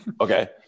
okay